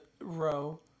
row